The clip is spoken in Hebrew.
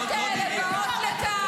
לא מעניין אתכם שהם שם.